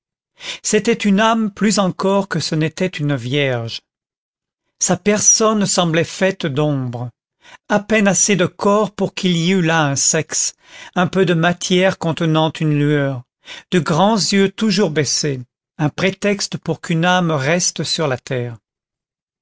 c'était une âme plus encore que ce n'était une vierge sa personne semblait faite d'ombre à peine assez de corps pour qu'il y eût là un sexe un peu de matière contenant une lueur de grands yeux toujours baissés un prétexte pour qu'une âme reste sur la terre